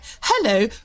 hello